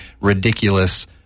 ridiculous